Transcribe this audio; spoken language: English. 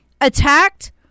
attacked